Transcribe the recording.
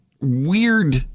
weird